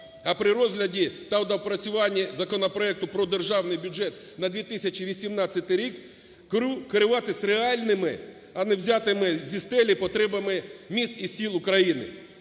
А при розгляді та доопрацюванні законопроекту про Державний бюджет на 2018 рік керуватись реальними, а не взятими зі стелі потребами міст і сіл України.